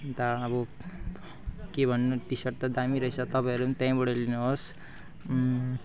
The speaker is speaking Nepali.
अन्त अब के भन्नु टिसर्ट त दामी रहेछ तपाईँहरू पनि त्यहीँबाट लिनुहोस्